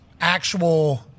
actual